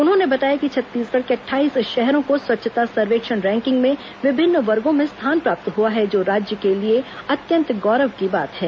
उन्होंने बताया कि छत्तीसगढ़ के अट्ठाईस शहरों को स्वच्छता सर्वेक्षण रैकिंग में विभिन्न वर्गो में स्थान प्राप्त हुआ है जो राज्य के लिए अत्यंत गौरव की बात है